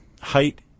height